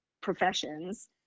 professions